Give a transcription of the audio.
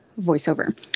voiceover